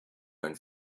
and